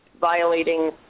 violating